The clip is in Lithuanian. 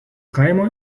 kaimo